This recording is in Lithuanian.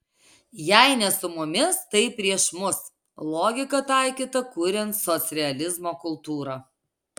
jei ne su mumis tai prieš mus logika taikyta kuriant socrealizmo kultūrą